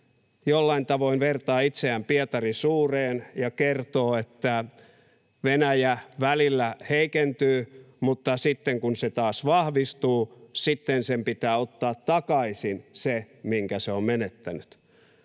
jollain tavoin vertaa itseään Pietari Suureen ja kertoo, että Venäjä välillä heikentyy, mutta sitten, kun se taas vahvistuu, sen pitää ottaa takaisin se, minkä se on menettänyt.